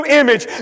image